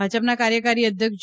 ભાજપના કાર્યકારી અધ્યક્ષ જે